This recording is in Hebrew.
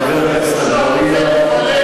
חבר הכנסת אגבאריה,